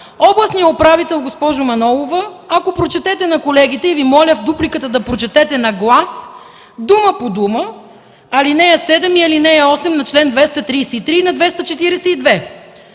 Областният управител, госпожо Манолова, ако прочетете на колегите, и Ви моля в дупликата да прочетете на глас дума по дума, ал. 7 и ал. 8 на чл. 233 и 242.